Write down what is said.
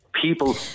people